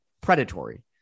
predatory